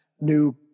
new